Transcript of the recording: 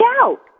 out